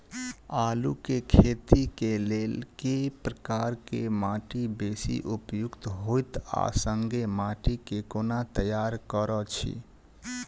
आलु केँ खेती केँ लेल केँ प्रकार केँ माटि बेसी उपयुक्त होइत आ संगे माटि केँ कोना तैयार करऽ छी?